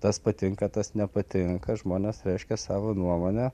tas patinka tas nepatinka žmonės reiškė savo nuomonę